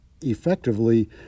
effectively